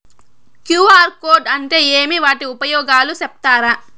QR code అంటే ఏమి వాటి ఉపయోగాలు సెప్తారా?